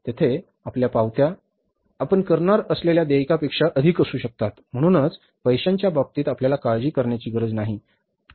तेथे आपल्या पावत्या आपण करणार असलेल्या देयकापेक्षा अधिक असु शकतात म्हणूनच पैशांच्या बाबतीत आपल्याला काळजी करण्याची गरज नाही पैसे घेण्याची गरज नाही